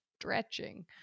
stretching